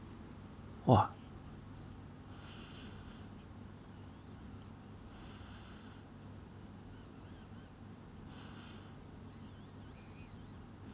!wah!